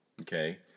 okay